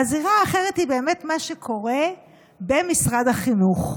והזירה האחרת היא מה שקורה במשרד החינוך.